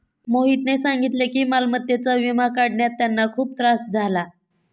मोहितने सांगितले की मालमत्तेचा विमा काढण्यात त्यांना खूप त्रास झाला